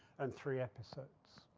and three episodes.